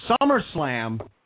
SummerSlam